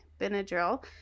Benadryl